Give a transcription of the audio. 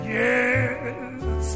yes